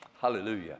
Hallelujah